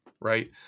Right